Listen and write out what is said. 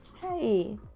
Hey